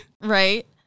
Right